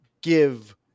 give